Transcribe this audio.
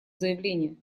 заявление